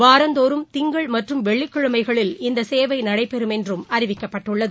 வாரந்தோறம் திங்கள் மற்றம் வெள்ளிக்கிழமைகளில் இந்த சேவை நடைபெறம் என்று அறிவிக்கப்பட்டுள்ளது